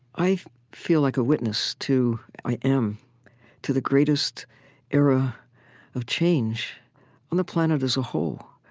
i feel like a witness to i am to the greatest era of change on the planet as a whole.